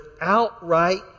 outright